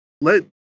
let